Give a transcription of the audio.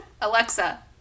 alexa